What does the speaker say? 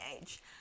age